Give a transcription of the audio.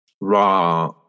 Ra